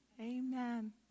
amen